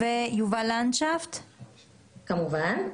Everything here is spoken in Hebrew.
את הצמח עצמו וכל מה שמופק ממנו כסם מסוכן.